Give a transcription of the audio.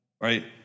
right